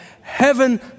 heaven